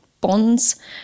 bonds